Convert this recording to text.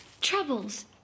Troubles